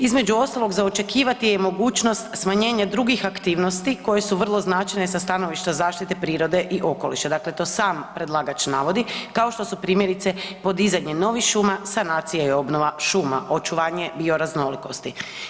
Između ostalog za očekivati je mogućnost smanjenja drugih aktivnosti koje su vrlo značajne sa stanovišta zaštite prirode i okoliša, dakle to sam predlagač navodi, kao što su primjerice podizanje novih šuma, sanacija i obnova šuma, očuvanje bioraznolikosti.